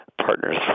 partners